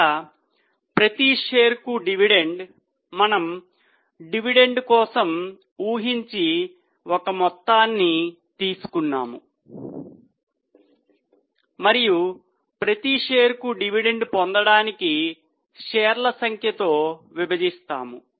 ఇక్కడ ప్రతి షేరుకు డివిడెండ్ మనము డివిడెండ్ కోసం ఊహించి ఒక మొత్తాన్ని తీసుకున్నాము మరియు ప్రతి షేరుకు డివిడెండ్ పొందడానికి షేర్ల సంఖ్యతో విభజిస్తాము